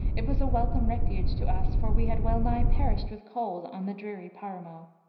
it was a welcome refuge to us, for we had well nigh perished with cold on the dreary paramo.